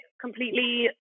completely